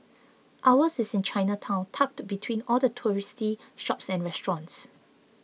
ours is in Chinatown tucked between all the touristy shops and restaurants